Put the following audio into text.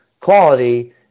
quality